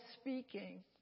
speaking